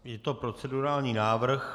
Je to procedurální návrh.